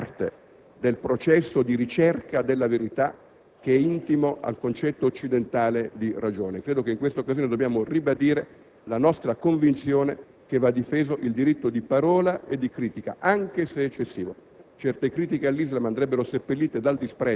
Il diritto alla libertà di parola e di pensiero fa parte del processo di ricerca della verità, che è intimo al concetto occidentale di ragione. Credo che in questa occasione dobbiamo ribadire la nostra convinzione che il diritto di parola e di critica va difeso, anche se eccessivo.